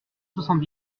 soixante